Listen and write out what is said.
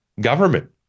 government